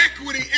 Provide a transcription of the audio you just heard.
equity